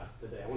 today